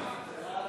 הודעת הממשלה על